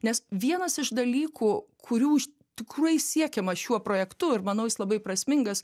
nes vienas iš dalykų kurių iš tikrųjų siekiama šiuo projektu ir manau jis labai prasmingas